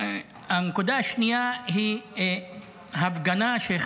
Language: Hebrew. הנקודה השנייה היא הפגנה בסח'נין נגד